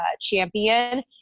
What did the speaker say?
champion